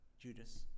Judas